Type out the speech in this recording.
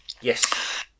yes